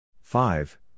five